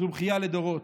זו בכייה לדורות.